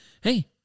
hey